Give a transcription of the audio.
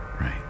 Right